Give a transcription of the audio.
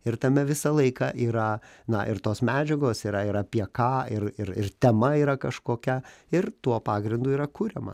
ir tame visą laiką yra na ir tos medžiagos yra ir apie ką ir ir ir tema yra kažkokia ir tuo pagrindu yra kuriama